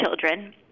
children